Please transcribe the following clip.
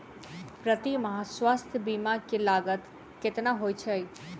प्रति माह स्वास्थ्य बीमा केँ लागत केतना होइ है?